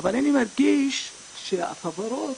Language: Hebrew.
אבל אני מרגיש שהחברות